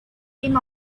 came